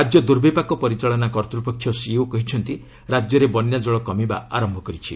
ରାଜ୍ୟ ଦୁର୍ବିପାକ ପରିଚାଳନା କର୍ତ୍ତପକ୍ଷ ସିଇଓ କହିଛନ୍ତି ରାଜ୍ୟରେ ବନ୍ୟାଜଳ କମିବା ଆରମ୍ଭ କରିଛି